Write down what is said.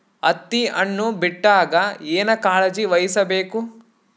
ಹತ್ತಿ ಹಣ್ಣು ಬಿಟ್ಟಾಗ ಏನ ಕಾಳಜಿ ವಹಿಸ ಬೇಕು?